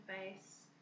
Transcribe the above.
face